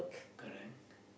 correct